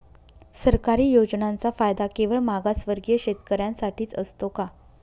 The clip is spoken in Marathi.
सरकारी योजनांचा फायदा केवळ मागासवर्गीय शेतकऱ्यांसाठीच असतो का?